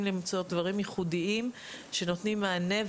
למצוא דברים ייחודיים שנותנים מענה,